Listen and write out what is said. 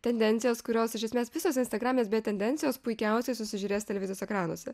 tendencijas kurios iš esmės visos instagraminės beje tendencijos puikiausiai susižiūrės televizijos ekranuose